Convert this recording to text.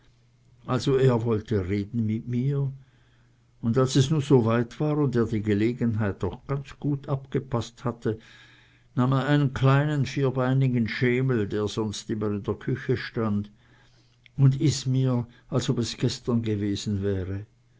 also er wollte reden mit mir und als es nu soweit war und er die gelegenheit auch ganz gut abgepaßt hatte nahm er einen kleinen vierbeinigen schemel der sonst immer in der küche stand un is mir als ob es gestern gewesen wäre